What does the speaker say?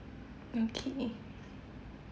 okay